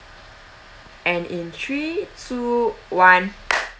and in three two one